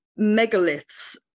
megaliths